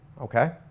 okay